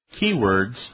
keywords